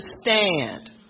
stand